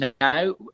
now